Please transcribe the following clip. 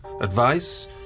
advice